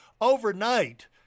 overnight